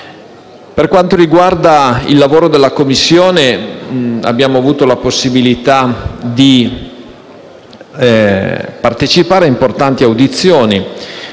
Per quanto riguarda il lavoro della Commissione, abbiamo avuto la possibilità di partecipare a importanti audizioni